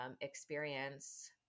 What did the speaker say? experience